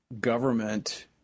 government